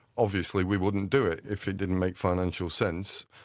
obviously we wouldn't do it if it didn't make financial sense.